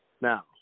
Now